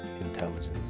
intelligence